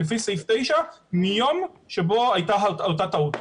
לפי סעיף 9 מיום שבו הייתה אותה טעות.